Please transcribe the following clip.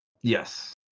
Yes